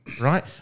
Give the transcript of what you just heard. right